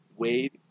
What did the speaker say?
Wade